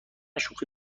شوخی